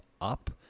Up